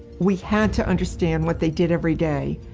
we had to understand what they did every day,